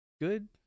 good